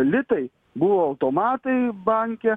litai buvo automatai banke